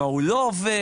מה הוא לא עובד,